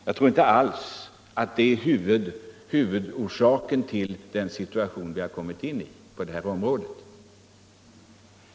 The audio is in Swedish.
Jag tror inte alls att det är huvudorsaken till den situation vi har kommit in i på detta område.